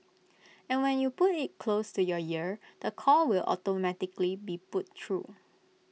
and when you put IT close to your ear the call will automatically be put through